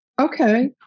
Okay